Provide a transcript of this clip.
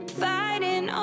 fighting